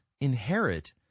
inherit